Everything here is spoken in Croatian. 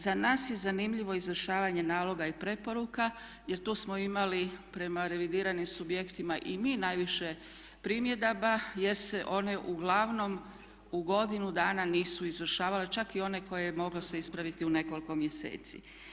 Za nas je zanimljivo izvršavanje naloga i preporuka jer tu smo imali prema revidiranim subjektima i mi najviše primjedaba jer se one uglavnom u godinu dana nisu izvršavale čak i one koje je moglo se ispraviti u nekoliko mjeseci.